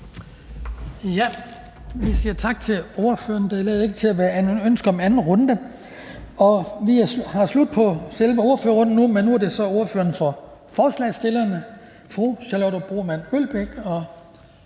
Vi siger tak til ordføreren. Der lader ikke til at være ønske om anden runde. Selve ordførerrunden er nu slut, men nu er det så ordføreren for forslagsstillerne, fru. Charlotte Broman Mølbæk.